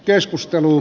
keskustelu